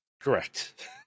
Correct